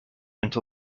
until